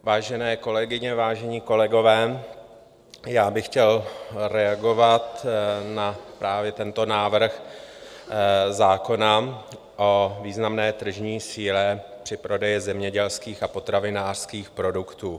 Vážené kolegyně, vážení kolegové, já bych chtěl reagovat na právě tento návrh zákona o významné tržní síle při prodeji zemědělských a potravinářských produktů.